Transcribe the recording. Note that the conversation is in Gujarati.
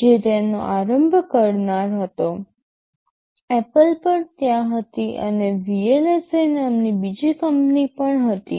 જે તેનો આરંભ કરનાર હતો Apple પણ ત્યાં હતી અને VLSI નામની બીજી કંપની પણ હતી